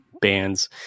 bands